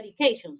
medications